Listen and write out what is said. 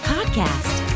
Podcast